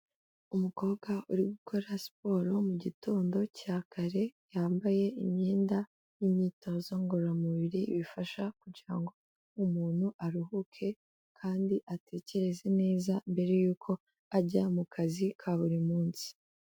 Umukobwa uri gukora siporo mu gitondo cya kare, yambaye imyenda y'imyitozo ngororamubiri, bifasha kugira ngo umuntu aruhuke kandi atekereze neza mbere y'uko ajya mu kazi ka buri munsi.